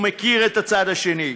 ומכיר את הצד האחר.